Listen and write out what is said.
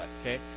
okay